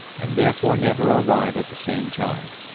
and therefore never arrive at the same time.